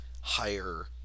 higher